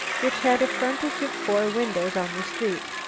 which had a frontage of four windows on the street.